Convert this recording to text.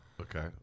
Okay